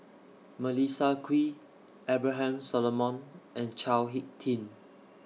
Melissa Kwee Abraham Solomon and Chao Hick Tin